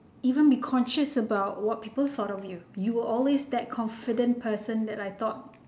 even be conscious about what people thought of you you are always that confident person that I thought